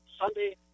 Sunday